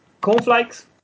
cornflakes